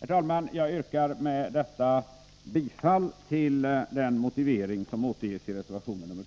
Herr talman! Jag yrkar med detta bifall till den motivering som återges i reservation nr 2.